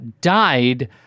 Died